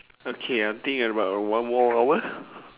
okay I think about one more hour